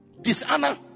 Dishonor